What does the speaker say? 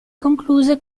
concluse